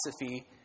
philosophy